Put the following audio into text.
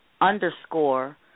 underscore